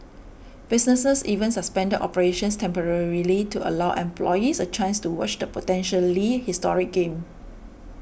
businesses even suspended operations temporarily to allow employees a chance to watch the potentially historic game